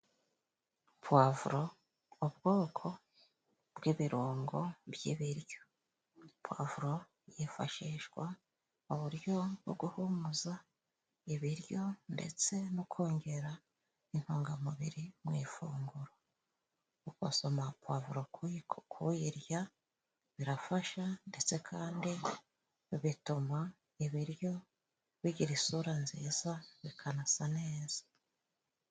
pavuro ubwoko bw'ibirungo by'ibiryo, pavuro yifashishwa mu buryo bwo guhumuza ibiryo ndetse no kongera intungamubiri mu ifunguro ,ukosoma pavuro ku ku kuyirya birafasha ndetse kandi bituma ibiryo bigira isura nziza bikanasa neza.